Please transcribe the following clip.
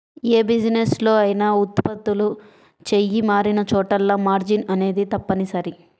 యే బిజినెస్ లో అయినా ఉత్పత్తులు చెయ్యి మారినచోటల్లా మార్జిన్ అనేది తప్పనిసరి